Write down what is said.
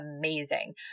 amazing